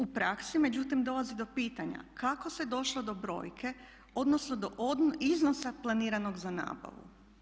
U praksi međutim dolazi do pitanja kako se došlo do brojke odnosno do iznosa planiranog za nabavu.